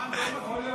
בעומאן לא,